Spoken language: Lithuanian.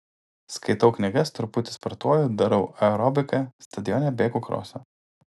skaitau knygas truputį sportuoju darau aerobiką stadione bėgu krosą